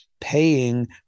paying